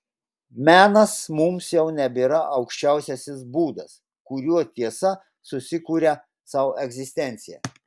menas mums jau nebėra aukščiausiasis būdas kuriuo tiesa susikuria sau egzistenciją